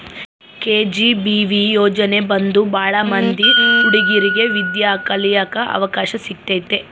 KGBV ಯೋಜನೆ ಬಂದು ಭಾಳ ಮಂದಿ ಹುಡಿಗೇರಿಗೆ ವಿದ್ಯಾ ಕಳಿಯಕ್ ಅವಕಾಶ ಸಿಕ್ಕೈತಿ